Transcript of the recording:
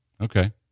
okay